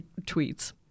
tweets